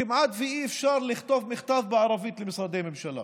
כמעט אי-אפשר לכתוב מכתב בערבית למשרדי ממשלה.